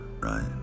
right